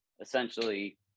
essentially